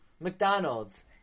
McDonald's